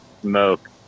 smoke